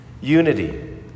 unity